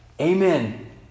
Amen